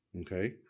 Okay